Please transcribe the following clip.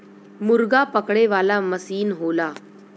मुरगा पकड़े वाला मसीन होला